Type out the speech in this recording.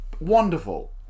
wonderful